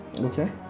Okay